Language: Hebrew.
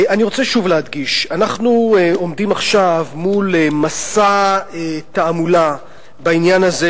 אני רוצה שוב להדגיש: אנחנו עומדים עכשיו מול מסע תעמולה בעניין הזה,